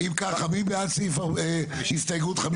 אם ככה, מי בעד הסתייגות 53?